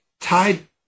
Tied